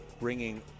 bringing